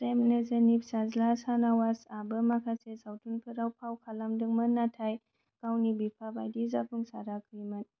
प्रेम नजीरनि फिसाज्ला शानवासआबो माखासे सावथुनफोराव फाव खालामदोंमोन नाथाय गावनि बिफाबायदि जाफुंसाराखैमोन